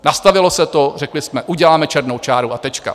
Nastavilo se to, řekli jsme, uděláme černou čáru, a tečka.